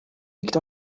liegt